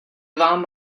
vám